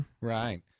Right